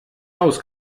haus